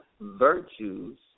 virtues